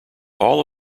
all